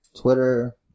Twitter